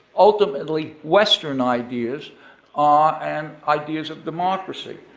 ultimately western ideas ah and ideas of democracy.